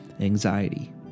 anxiety